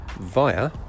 via